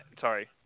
sorry